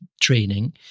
training